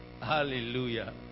Hallelujah